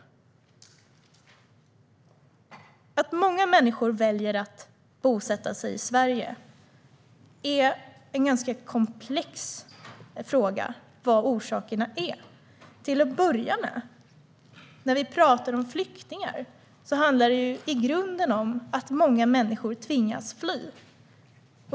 Det är en ganska komplex fråga vad som är orsakerna till att många människor väljer att bosätta sig i Sverige. Till att börja med: När vi pratar om flyktingar handlar det i grunden om att många människor tvingas fly.